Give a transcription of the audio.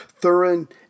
Thurin